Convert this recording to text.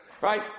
Right